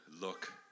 look